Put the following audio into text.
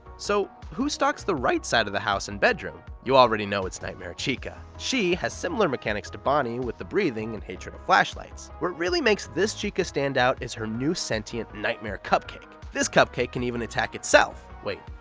so who stalks the right side of the house and bedroom? you already know it's nightmare chica. she has similar mechanics to bonnie with the breathing and hatred of flashlights. what really makes this chica stand out is her new sentient nightmare cupcake! this cupcake can even attack itself! wait,